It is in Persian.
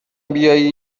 بیایی